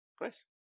nice